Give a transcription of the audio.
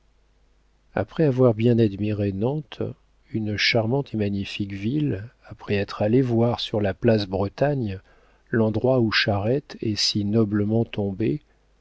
après avoir bien admiré nantes une charmante et magnifique ville après être allés voir sur la place bretagne l'endroit où charette est si noblement tombé